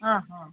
ಹಾಂ ಹಾಂ